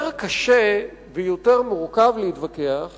יותר קשה ויותר מורכב להתווכח